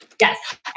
yes